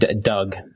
Doug